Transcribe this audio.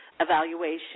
evaluation